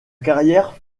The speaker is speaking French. carrière